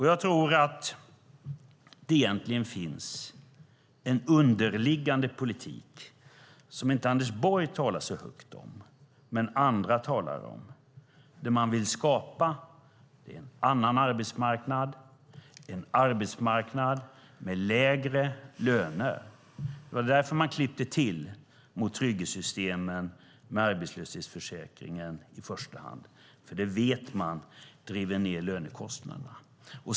Jag tror att det egentligen finns en underliggande politik som inte Anders Borg talar så högt om men som andra talar om och som innebär att man vill skapa en annan arbetsmarknad. Det är en arbetsmarknad med lägre löner. Det var väl därför man klippte till mot trygghetssystemen med arbetslöshetsförsäkringen i första hand, för det vet man driver ned lönekostnaderna.